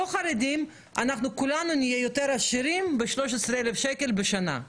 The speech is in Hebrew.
חרדים אנחנו כולנו נהיה יותר עשירים ב-13,000 שקל בשנה.